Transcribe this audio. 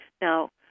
Now